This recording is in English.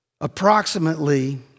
Approximately